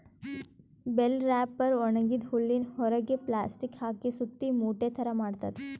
bell wrapper ಒಣಗಿದ್ದ್ ಹುಲ್ಲಿನ್ ಹೊರೆಗ್ ಪ್ಲಾಸ್ಟಿಕ್ ಹಾಕಿ ಸುತ್ತಿ ಮೂಟೆ ಥರಾ ಮಾಡ್ತದ್